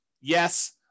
Yes